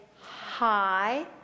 hi